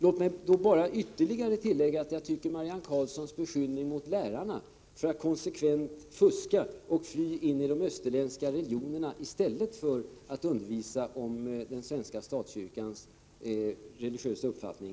Låt mig bara ytterligare tillägga att jag tycker att det var litet häftigt av Marianne Karlsson att beskylla lärarna för att konsekvent fuska och fly in i de österländska religionerna i stället för att undervisa om den svenska statskyrkans religiösa uppfattning.